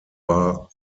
war